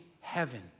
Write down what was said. heaven